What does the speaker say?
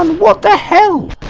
um what the hell's